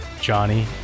Johnny